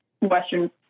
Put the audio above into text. western